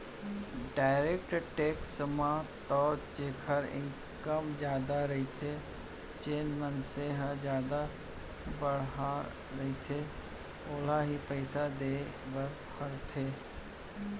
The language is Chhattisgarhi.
डायरेक्ट टेक्स म तो जेखर इनकम जादा रहिथे जेन मनसे ह जादा बड़हर रहिथे ओला ही पइसा देय बर परथे